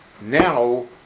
Now